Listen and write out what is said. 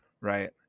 Right